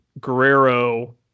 guerrero